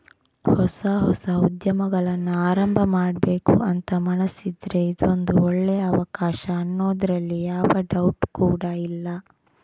ಹೊಸ ಹೊಸ ಉದ್ಯಮಗಳನ್ನ ಆರಂಭ ಮಾಡ್ಬೇಕು ಅಂತ ಮನಸಿದ್ರೆ ಇದೊಂದು ಒಳ್ಳೇ ಅವಕಾಶ ಅನ್ನೋದ್ರಲ್ಲಿ ಯಾವ ಡೌಟ್ ಕೂಡಾ ಇಲ್ಲ